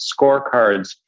scorecards